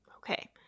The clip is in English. Okay